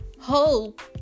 hope